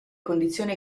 condizioni